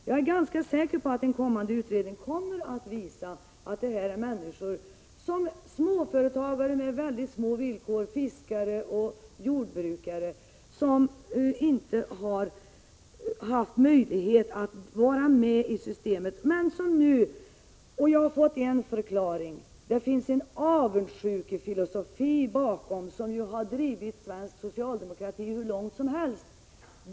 Jag är ganska säker på att en utredning kommer att visa att det är fråga om människor som lever under mycket knappa villkor — småföretagare, fiskare och jordbrukare, som inte har haft möjlighet att vara med i systemet. Jag har fått en förklaring. Det finns en avundsjukefilosofi bakom, som ju har drivit svensk socialdemokrati hur långt som helst.